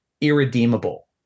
irredeemable